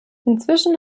inzwischen